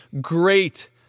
great